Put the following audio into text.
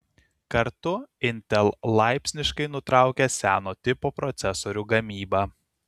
kartu intel laipsniškai nutraukia seno tipo procesorių gamybą